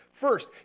First